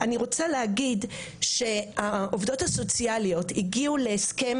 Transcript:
אני רוצה להגיד שהעובדות הסוציאליות הגיעו להסכם